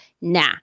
Nah